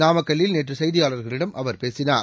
நாமக்கல்லில் நேற்று செய்தியாளர்களிடம் அவர் பேசினார்